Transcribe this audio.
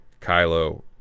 Kylo